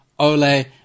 Ole